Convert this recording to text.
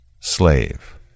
Slave